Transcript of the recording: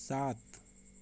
सात